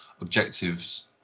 objectives